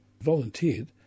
volunteered